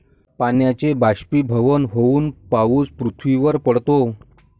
पाण्याचे बाष्पीभवन होऊन पाऊस पृथ्वीवर पडतो